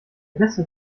beste